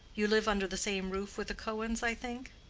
you live under the same roof with the cohens, i think?